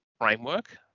framework